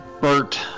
Bert